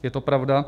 Je to pravda.